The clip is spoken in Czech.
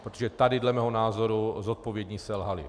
Protože tady dle mého názoru zodpovědní selhali.